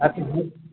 अथी होइत